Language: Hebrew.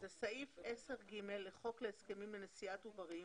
סעיף 10(ג) לחוק הסכמים לנשיאת עוברים